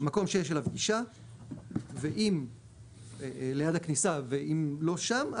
מקום שיש אליו גישה ליד הכניסה ואם לא שם,